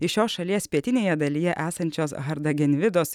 iš šios šalies pietinėje dalyje esančios hardagenvidos